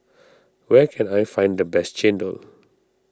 where can I find the best Chendol